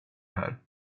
här